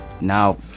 now